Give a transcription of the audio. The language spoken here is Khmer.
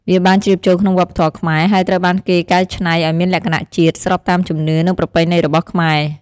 វាបានជ្រាបចូលក្នុងវប្បធម៌ខ្មែរ ហើយត្រូវបានគេកែច្នៃឱ្យមានលក្ខណៈជាតិ ស្របតាមជំនឿ និងប្រពៃណីរបស់ខ្មែរ។